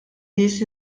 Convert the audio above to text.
nies